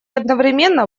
одновременно